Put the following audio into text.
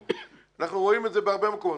אנחנו רואים את זה בהרבה מקומות.